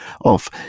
off